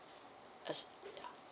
as ya